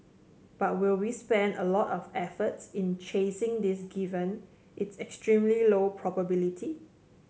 but will we spend a lot of efforts in chasing this given its extremely low probability